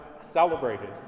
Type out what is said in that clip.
celebrated